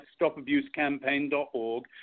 stopabusecampaign.org